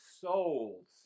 souls